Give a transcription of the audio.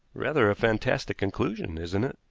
rather a fantastic conclusion, isn't it?